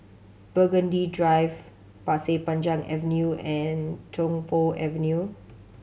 Burgundy Drive Pasir Panjang Avenue and Tung Po Avenue